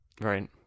Right